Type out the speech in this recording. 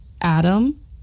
Adam